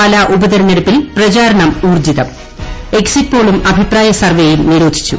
പാലാ ഉപതെരഞ്ഞെട്ടുപ്പീൽ പ്രചാരണംഊർജ്ജിതം എക്സിറ്റ്പോളുംഅഭിപ്രായസർവ്വേയും നിരോധിച്ചു